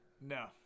No